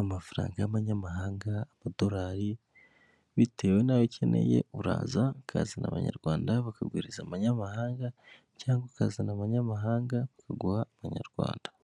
amafaranga y'amanyamahanga, amadorari bitewe nayo ukeneye uraza ukazana amanyarwanda bakaguhereza amanyamahanga cyangwa ukazana amanyamahanga bakaguha amanyarwanda.